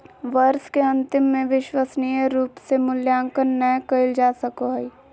वर्ष के अन्तिम में विश्वसनीय रूप से मूल्यांकन नैय कइल जा सको हइ